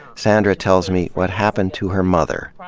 sandra tells me what happened to her mother,